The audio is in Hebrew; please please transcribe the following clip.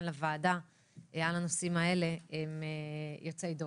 לוועדה על הנושאים האלה הם יוצאי דופן.